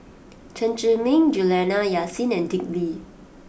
Chen Zhiming Juliana Yasin and Dick Lee